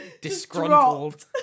Disgruntled